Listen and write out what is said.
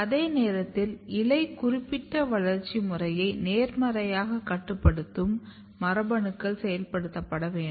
அதே நேரத்தில் இலை குறிப்பிட்ட வளர்ச்சி முறையை நேர்மறையாகக் கட்டுப்படுத்தும் மரபணுக்கள் செயல்படுத்தப்பட வேண்டும்